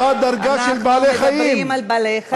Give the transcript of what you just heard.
דרגה של, אנחנו מדברים על בעלי-חיים.